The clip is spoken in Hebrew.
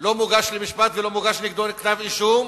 לא מוגש למשפט ולא מוגש נגדו כתב-אישום